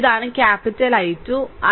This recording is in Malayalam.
ഇതാണ് ക്യാപ്പിറ്റൽ I2